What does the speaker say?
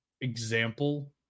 example